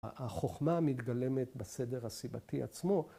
‫החוכמה מתגלמת בסדר הסיבתי עצמו.